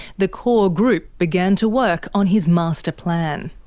the core group began to work on his master plan.